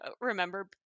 remember